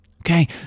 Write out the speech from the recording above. okay